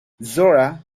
zora